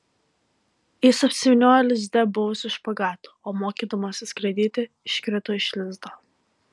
jis apsivyniojo lizde buvusiu špagatu o mokydamasis skraidyti iškrito iš lizdo